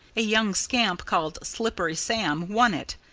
a young scamp called slippery sam won it.